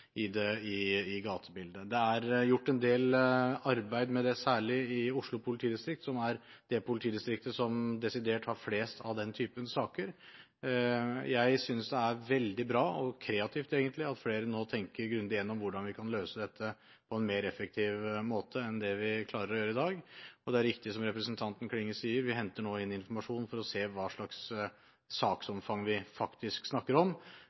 raskt kommer tilbake i gatebildet. Det er gjort en del arbeid med det særlig i Oslo politidistrikt, som er det politidistriktet som har desidert flest av den typen saker. Jeg synes det er veldig bra – og kreativt, egentlig – at flere nå tenker grundig gjennom hvordan vi kan løse dette på en mer effektiv måte enn vi klarer å gjøre i dag. Det er riktig som representanten Klinge sier: Vi henter nå inn informasjon for å se hva slags saksomfang vi faktisk snakker om,